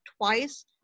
twice